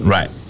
Right